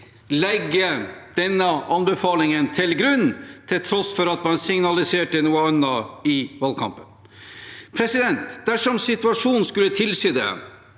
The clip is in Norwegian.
legger denne anbefalingen til grunn, til tross for at man signaliserte noe annet i valgkampen. Dersom situasjonen skulle tilsi det,